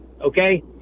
Okay